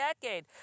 decade